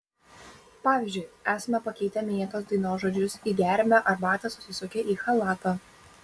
pavyzdžiui esame pakeitę minėtos dainos žodžius į geriame arbatą susisukę į chalatą